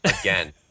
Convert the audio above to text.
again